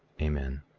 amen.